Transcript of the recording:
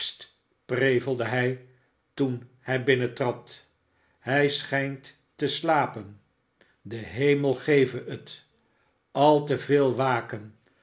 prevelde hij toen hij binnentrad hij schijnt te slapen de hemel geve het al te veel waken